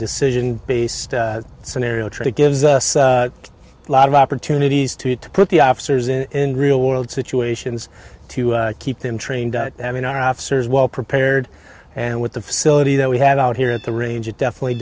decision based scenario tree gives us a lot of opportunities to to put the officers in real world situations to keep them trained having our officers well prepared and with the facility that we have out here at the range it definitely